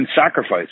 sacrifice